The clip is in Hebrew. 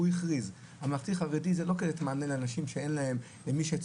הוא הכריז שהממלכתי-חרדי זה כדי לתת מענה לאנשים שאין להם --- אבל